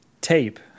tape